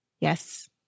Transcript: Yes